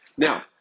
Now